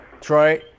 Troy